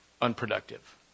unproductive